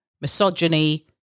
misogyny